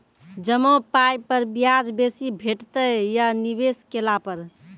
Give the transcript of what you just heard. जमा पाय पर ब्याज बेसी भेटतै या निवेश केला पर?